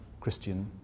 Christian